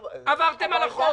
עברתם על החוק.